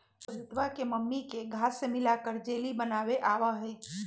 रोहितवा के मम्मी के घास्य मिलाकर जेली बनावे आवा हई